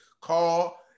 call